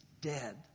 dead